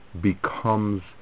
becomes